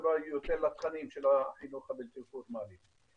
שקשורה יותר לתכנים של החינוך הבלתי פורמלי.